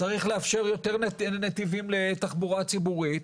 צריך לאפשר יותר נתיבים לתחבורה ציבורית,